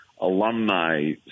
alumni